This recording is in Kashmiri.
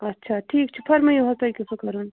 اَچھا ٹھیٖک چھُ فرمٲیِو حظ تۄہہِ کیٛاہ اوسوٕ کَرُن